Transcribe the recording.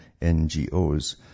NGOs